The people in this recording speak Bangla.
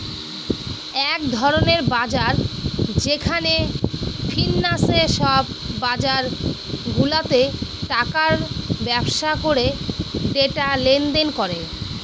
এক ধরনের বাজার যেখানে ফিন্যান্সে সব বাজারগুলাতে টাকার ব্যবসা করে ডেটা লেনদেন করে